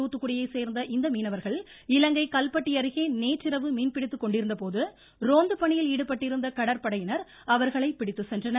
தூத்துக்குடியை சோ்ந்த இந்த மீனவா்கள் இலங்கை கல்பட்டி அருகே நேற்றிரவு மீன்பிடித்துக்கொண்டிருந்த போது ரோந்து பணியில் ஈடுபட்டிருந்த கடற்படையினர் அவர்களை பிடித்துச்சென்றனர்